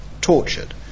tortured